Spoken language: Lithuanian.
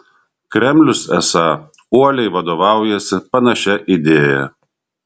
kremlius esą uoliai vadovaujasi panašia idėja